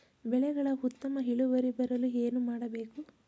ಬೆಳೆಗಳ ಉತ್ತಮ ಇಳುವರಿ ಬರಲು ಏನು ಮಾಡಬೇಕು?